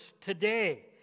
today